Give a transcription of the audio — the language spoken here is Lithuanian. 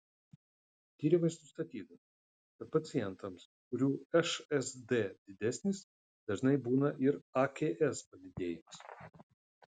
tyrimais nustatyta kad pacientams kurių šsd didesnis dažnai būna ir aks padidėjimas